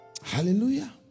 Hallelujah